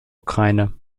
ukraine